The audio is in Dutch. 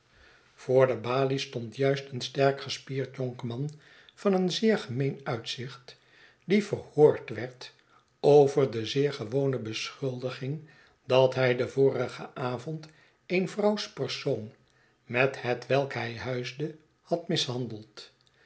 voor de balie stond juist een sterk gespierd jonkman van een zeer gemeen uitzicht die verhoord werd over de zeer gewone beschuldiging dat hij den vorigen avond een vrouwsersoon met hetwelk hij huisde had mishandeld